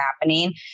happening